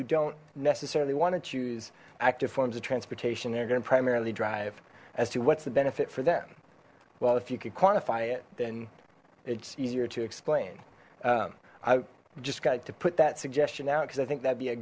who don't necessarily want to choose active forms of transportation they're going to primarily drive as to what's the benefit for them well if you could quantify it then it's easier to explain i just got to put that suggestion out because i think that'd be a